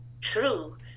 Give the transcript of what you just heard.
true